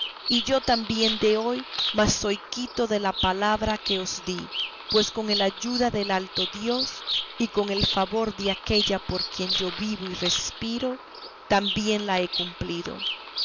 y yo también de hoy más soy quito de la palabra que os di pues con el ayuda del alto dios y con el favor de aquella por quien yo vivo y respiro tan bien la he cumplido